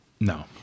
No